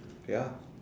ya